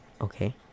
okay